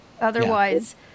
Otherwise